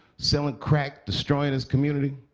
selling crack, destroying his community?